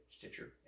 Stitcher